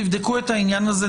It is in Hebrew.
תבדקו את העניין הזה.